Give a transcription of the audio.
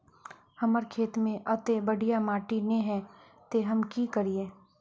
हमर खेत में अत्ते बढ़िया माटी ने है ते हम की करिए?